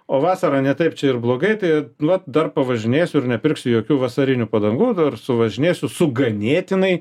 o vasarą ne taip čia ir blogai tai nu vat dar pavažinėsiu ir nepirksiu jokių vasarinių padangų ir suvažinėsiu su ganėtinai